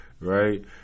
right